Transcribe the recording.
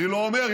אני לא אומר,